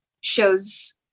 shows